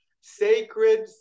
sacred